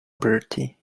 bertie